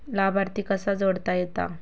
लाभार्थी कसा जोडता येता?